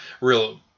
real –